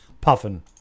Puffin